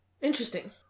Interesting